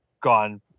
gone